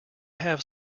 have